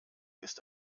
ist